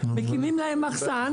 מקימים להם מחסן,